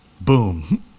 boom